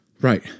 Right